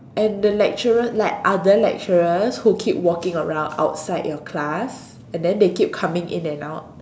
and the lecturer like other lecturers who keep walking around outside your class and then they keep coming in and out